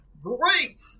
Great